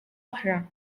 oħra